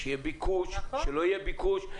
שיהיה ביקוש או לא יהיה ביקוש.